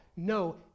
No